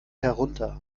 herunter